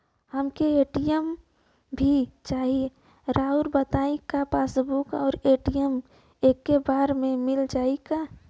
हमके ए.टी.एम भी चाही राउर बताई का पासबुक और ए.टी.एम एके बार में मील जाई का?